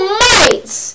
mites